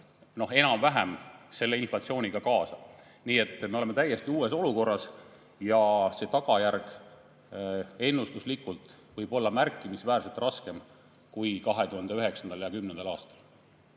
enam-vähem selle inflatsiooniga kaasa. Me oleme täiesti uues olukorras ja see tagajärg võib ennustuslikult olla märkimisväärselt raskem kui 2009. ja 2010. aastal.